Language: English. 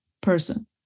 person